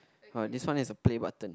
but this one is a play button